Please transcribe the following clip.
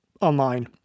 online